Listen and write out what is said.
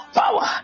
power